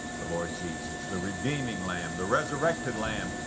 the lord jesus. the redeeming lamb, the resurrected lamb,